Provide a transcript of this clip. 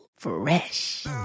Fresh